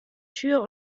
tür